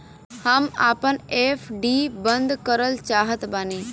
हम आपन एफ.डी बंद करल चाहत बानी